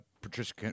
Patricia